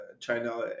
China